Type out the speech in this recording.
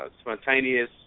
spontaneous